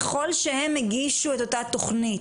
ככול שהם הגישו את אותה תוכנית,